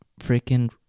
freaking